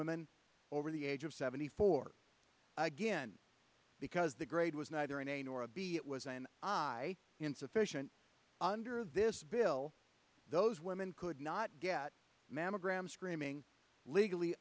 women over the age of seventy four again because the grade was neither in a nor a b it was an eye insufficient under this bill those women could not get mammograms screaming legally